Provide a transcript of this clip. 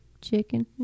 chicken